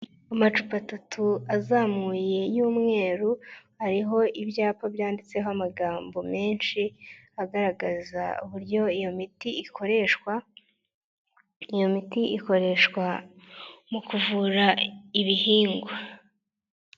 Amacupa atatu azamuye y'umweru ariho ibyapa byanditseho amagambo menshi, agaragaza uburyo iyo miti ikoreshwa, iyo imiti ikoreshwa mu kuvura ibihingwa.